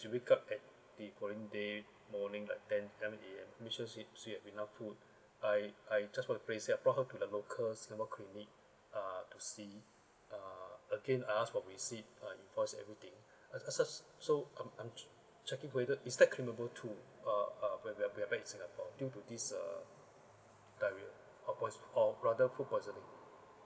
she wake up at the following day morning like ten A_M make sure she she have enough food I I just want to play safe I brought her to the local singapore clinic ah to see ah again I asked for receipt uh invoice everything just just so I'm I'm checking whether is that claimable too uh uh where where where we are back in singapore due to this uh diarrhea or rather food poisoning